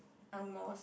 Ang-Moh